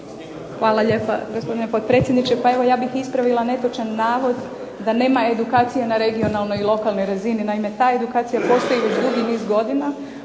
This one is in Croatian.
Hvala lijepa gospodine potpredsjedniče. Pa evo ja bih ispravila netočan navod da nema edukacija na regionalnoj i lokalnoj razini. Naime, ta edukacija postoji već dugi niz godina.